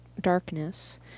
darkness